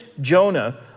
Jonah